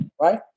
Right